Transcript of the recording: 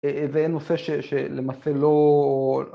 ו..ואין נושא שששלמעשה לא...